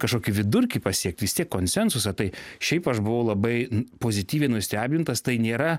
kažkokį vidurkį pasiekt vistiek konsensusą tai šiaip aš buvau labai in pozityviai nustebintas tai nėra